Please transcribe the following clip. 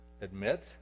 admit